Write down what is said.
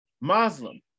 Muslim